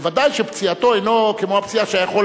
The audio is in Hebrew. בוודאי שפציעתו אינה כמו הפציעה שיכול